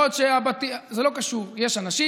זה לא קשור: יש אנשים